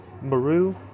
Maru